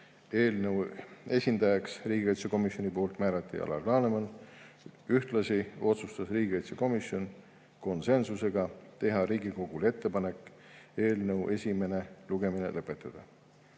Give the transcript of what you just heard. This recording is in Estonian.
Eelnõu esindajaks riigikaitsekomisjonist määrati Alar Laneman. Ühtlasi tegi riigikaitsekomisjon konsensusega otsuse teha Riigikogule ettepanek eelnõu esimene lugemine lõpetada.